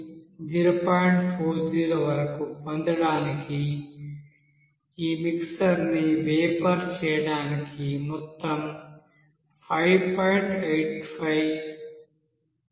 40 వరకు పొందడానికి ఈ మిక్సర్ ని వేపర్ చేయడానికి మొత్తం 5